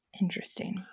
Interesting